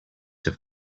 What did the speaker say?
have